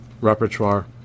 repertoire